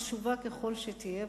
חשובה ככל שתהיה,